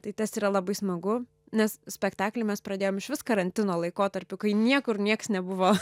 tai tas yra labai smagu nes spektaklį mes pradėjom išvis karantino laikotarpiu kai niekur niekas nebuvo